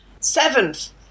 Seventh